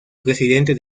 presidente